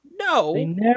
No